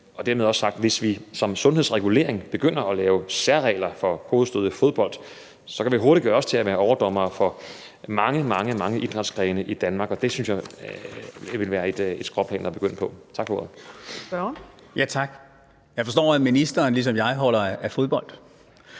Dermed også sagt, at hvis vi som sundhedsregulering begynder at lave særregler for hovedstød i fodbold, kan det hurtigt gøre os til overdommere for mange, mange idrætsgrene i Danmark. Det synes jeg ville være et skråplan at begive sig ud på. Tak for ordet. Kl. 13:23 Fjerde næstformand (Trine Torp): Spørgeren.